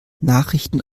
nachrichten